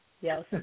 Yes